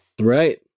right